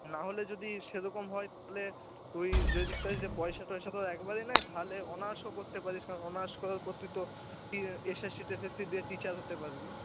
না হলে যদি সেরকম হয় তাহলে তুই যদি পয়সা টয়সা তোর একবারেই নেই তাহলে অনার্সও করতে পারিস কারণ অনার্স করে তুই তো ইয়ে এস এস সি টেসএসসি দিয়ে টিচার হতে পারবি